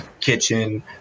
kitchen